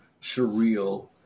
surreal